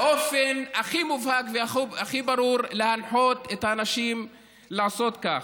באופן הכי מובהק והכי ברור להנחות אנשים לעשות כך,